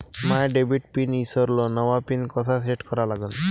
माया debit pin ईसरलो, नवा pin कसा सेट करा लागन?